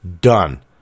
done